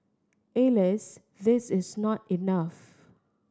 Alas this is not enough